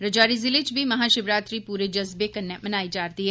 राजौरी ज़िले च बी महाशिवरात्री पूरे जज्बे कन्नै मनाई जारदी ऐ